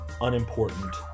unimportant